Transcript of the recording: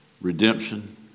redemption